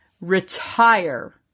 retire